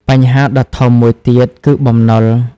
បញ្ហាដ៏ធំមួយទៀតគឺ បំណុល។